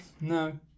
No